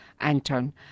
Anton